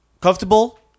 Comfortable